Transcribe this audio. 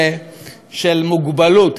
של מוגבלות,